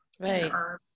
right